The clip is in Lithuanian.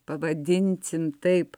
pavadinsim taip